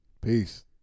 Peace